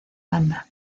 banda